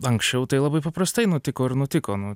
anksčiau tai labai paprastai nutiko ir nutiko nu